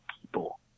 people